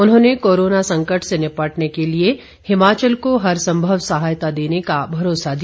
उन्होंने कोरोना संकट से निपटने के लिए हिमाचल को हर संभव सहायता देने का भरोसा दिया